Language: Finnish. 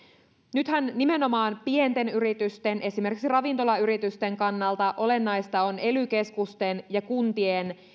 nythän nimenomaan pienten yritysten esimerkiksi ravintolayritysten kannalta olennaista on ely keskusten ja kuntien